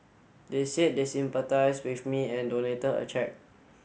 they said they sympathised with me and donated a cheque